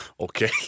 Okay